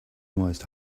almost